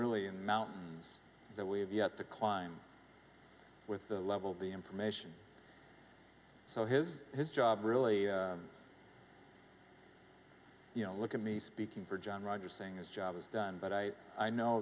really in the mountains that we have yet to climb with the level be information so his his job really you know look at me speaking for john rocker saying his job was done but i i know